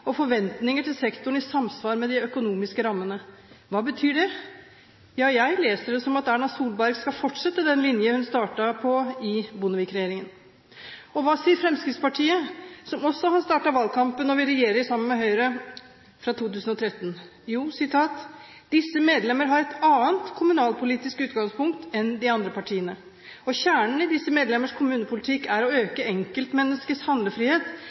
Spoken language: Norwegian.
og fornying og forventninger til sektoren i samsvar med de økonomiske rammene.» Hva betyr det? Ja, jeg leser det som at Erna Solberg skal fortsette den linjen hun startet på i Bondevik-regjeringen. Og hva sier Fremskrittspartiet, som også har startet valgkampen og vil regjere sammen med Høyre fra 2013? Jo: «Disse medlemmer har et annet kommunalpolitisk utgangspunkt enn de andre partiene, og kjernen i disse medlemmers kommunepolitikk er å øke enkeltmenneskets handlefrihet